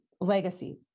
legacy